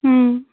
اۭں